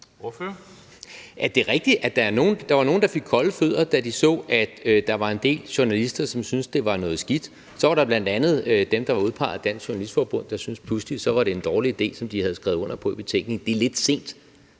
det er rigtigt, at der var nogle, der fik kolde fødder, da de så, at der var en del journalister, som syntes, det var noget skidt. Så var der bl.a. dem, der var udpeget af Dansk Journalistforbund, der pludselig syntes, at det, som de havde skrevet under på i betænkningen, var en